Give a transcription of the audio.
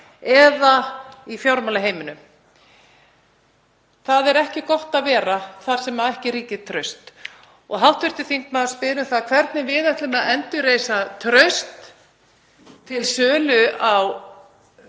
eða í fjármálaheiminum. Það er ekki gott að vera þar sem ekki ríkir traust. Hv. þingmaður spyr um það hvernig við ætlum að endurreisa traust til